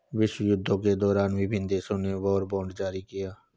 विश्वयुद्धों के दौरान विभिन्न देशों ने वॉर बॉन्ड जारी किया